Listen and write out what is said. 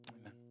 Amen